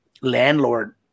landlord